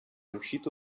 uscito